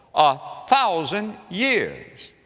a thousand years.